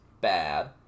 bad